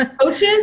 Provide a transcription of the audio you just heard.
Coaches